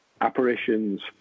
apparitions